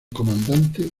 comandante